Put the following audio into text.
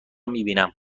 میبینم